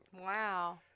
Wow